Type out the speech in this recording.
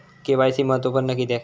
KYC महत्त्वपुर्ण किद्याक?